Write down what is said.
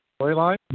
storyline